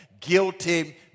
Guilty